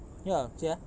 ya see ah